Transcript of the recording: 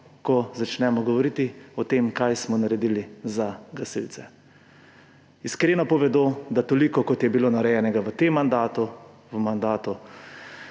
ko začnemo govoriti o tem, kaj smo naredili za gasilce. Iskreno povedo, da toliko, kot je bilo narejenega v tem mandatu, v mandatu